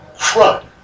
Crud